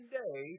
day